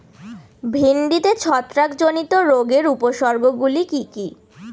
ভিন্ডিতে ছত্রাক জনিত রোগের উপসর্গ গুলি কি কী?